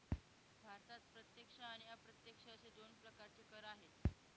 भारतात प्रत्यक्ष आणि अप्रत्यक्ष असे दोन प्रकारचे कर आहेत